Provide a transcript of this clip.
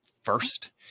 first